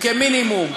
חוקי מינימום,